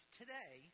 today